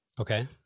Okay